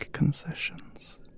concessions